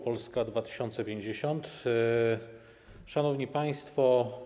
Polska 2050. Szanowni Państwo!